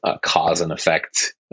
cause-and-effect